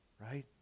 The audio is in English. right